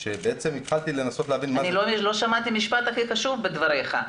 שבעצם התחלתי לנסות להבין- -- לא שמעתי את המשפט הכי חשוב בדבריך,